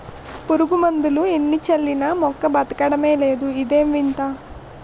పురుగుమందులు ఎన్ని చల్లినా మొక్క బదకడమే లేదు ఇదేం వింత?